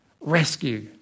rescue